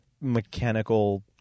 mechanical